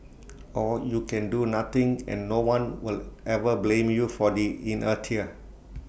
or you can do nothing and no one will ever blame you for the inertia